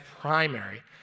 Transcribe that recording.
primary